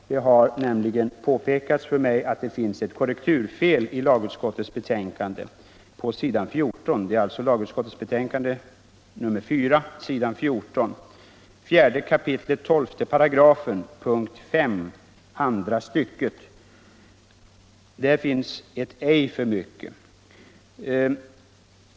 Det har nämligen påpekats för mig att det finns ett korrekturfel på s. 14 i lagsutskottets betänkande nr 4. I 4 kap. 125, p. 5 andra stycket, finns ett ”ej” för mycket.